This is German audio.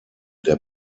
der